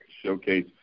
showcase